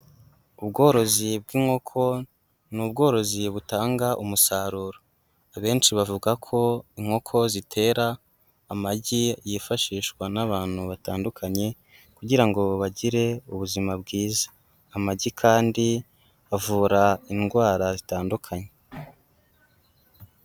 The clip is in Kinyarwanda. Ubworozi bw'inkoko ni ubworozi butanga umusaruro, abenshi bavuga ko inkoko zitera amagi yifashishwa n'abantu batandukanye kugira ngo bagire ubuzima bwiza, amagi kandi avura indwara zitandukanye.